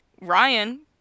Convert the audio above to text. Ryan